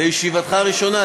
זו ישיבתך הראשונה,